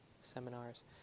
seminars